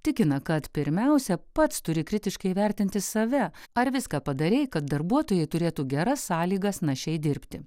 tikina kad pirmiausia pats turi kritiškai vertinti save ar viską padarei kad darbuotojai turėtų geras sąlygas našiai dirbti